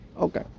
okay